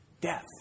death